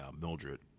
Mildred